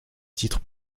titre